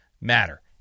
matter